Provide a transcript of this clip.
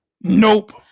Nope